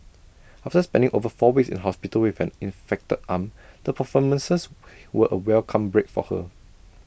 after spending over four weeks in hospital with an infected arm the performances were A welcome break for her